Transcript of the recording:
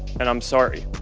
and i'm sorry.